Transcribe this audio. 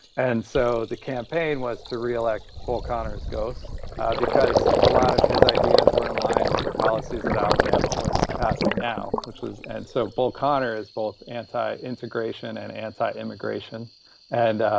and so the campaign was to re-elect bull connor's ghost because a lot of his ideas were in line with the policies that alabama was passing now, which was, and so bull connor is both anti-integration and anti-immigration and,